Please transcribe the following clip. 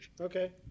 Okay